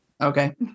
Okay